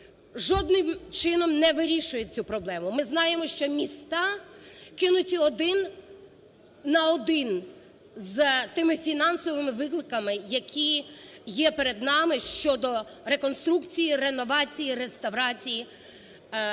жодним чином не вирішують цю проблему. Ми знаємо, що міста кинуті один на один з тими фінансовими викликами, які є перед нами щодо реконструкції, реновації, реставрації